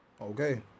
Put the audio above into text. Okay